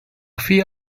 few